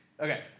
Okay